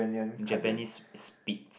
Japanese Spitz